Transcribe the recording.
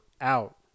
out